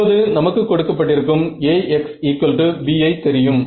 இப்போது நமக்கு கொடுக்கப்பட்டிருக்கும் Axb ஐ தெரியும்